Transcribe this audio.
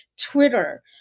Twitter